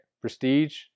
Prestige